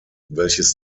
welches